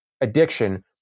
addiction